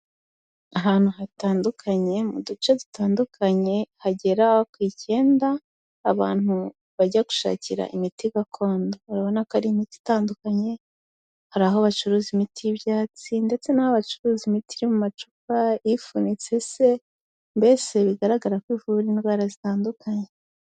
Ahantu hatandukanye, mu duce dutandukanye hagera ku icyenda, abantu bajya gushakira imiti gakondo, urabona ko ari imiti itandukanye, hari aho bacuruza imiti y'ibyatsi ndetse n'aho bacuruza imiti iri mu macupa, ifunitse se! mbese bigaragara ko ivura indwara zitandukanye.